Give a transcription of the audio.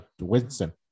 Winston